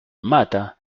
mata